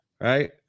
right